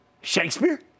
Shakespeare